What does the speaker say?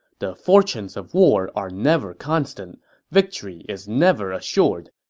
the fortunes of war are never constant victory is never assured.